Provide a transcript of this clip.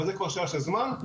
אבל זה כבר שאלה של זמן,